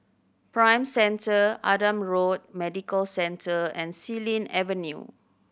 Prime Centre Adam Road Medical Centre and Xilin Avenue